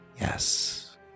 yes